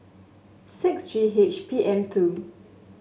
six G H P M two